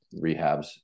rehabs